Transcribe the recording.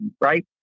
right